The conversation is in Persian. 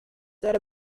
داره